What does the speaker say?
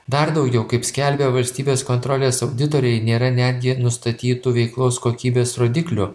dar daugiau kaip skelbia valstybės kontrolės auditoriai nėra netgi nustatytų veiklos kokybės rodiklių